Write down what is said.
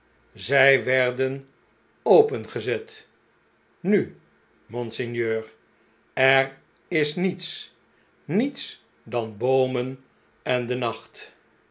zij werden opengezet nu monseigneur er is niets niets dan de boomen en de nacht